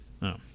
No